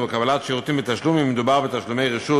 קבלת שירותים בתשלום אם מדובר בתשלומי רשות